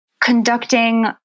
Conducting